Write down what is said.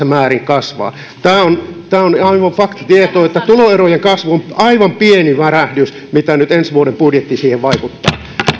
määrin kasvaa tämä on tämä on aivan fakta tieto että tuloerojen kasvu on aivan pieni värähdys mitä nyt ensi vuoden budjetti siihen vaikuttaa